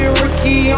rookie